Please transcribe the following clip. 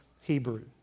Hebrew